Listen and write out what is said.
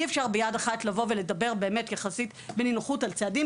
אי אפשר ביד אחת לבוא לדבר יחסית בנינוחות על צעדים